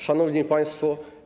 Szanowni Państwo!